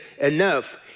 enough